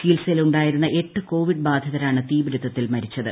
ചികിത്സയിലുണ്ടായിരുന്ന എട്ട് കോവിഡ് ബാധിതരാണ് തീപിടുത്തത്തിൽ മരിച്ചത്